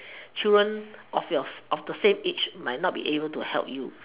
children of your of the same age might not be able to help you